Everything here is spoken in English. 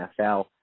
NFL